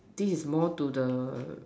this is more to the